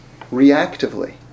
reactively